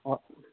हो